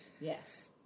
Yes